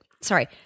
Sorry